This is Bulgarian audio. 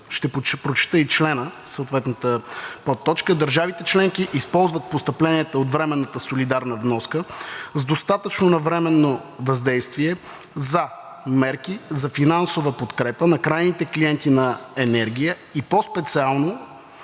Ще прочета и съответната подточка: „Държавите членки използват постъпленията от временната солидарна вноска с достатъчно навременно въздействие за мерки за финансова подкрепа на крайните клиенти на енергия, и по-специално